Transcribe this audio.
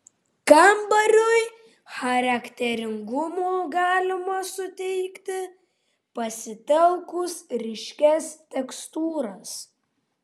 kambariui charakteringumo galima suteikti pasitelkus ryškias tekstūras